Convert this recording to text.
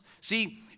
See